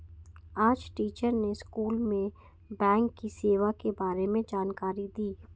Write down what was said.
आज टीचर ने स्कूल में बैंक की सेवा के बारे में जानकारी दी